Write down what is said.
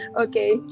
Okay